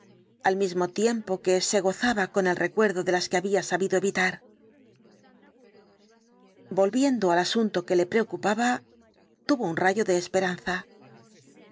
al mismo tiempo que se gozaba con el recuerdo de las que había sabido evitar volviendo al asunto que le preocupaba tuvo un rayo de esperanza